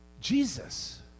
Jesus